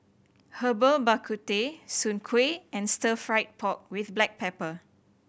Herbal Bak Ku Teh soon kway and Stir Fry pork with black pepper